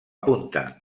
punta